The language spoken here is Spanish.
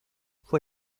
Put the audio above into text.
fue